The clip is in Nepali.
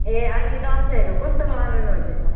ए अनि दसैँहरू कस्तो मनाउनुहुन्छ त